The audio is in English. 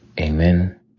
Amen